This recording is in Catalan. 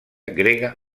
grega